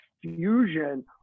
fusion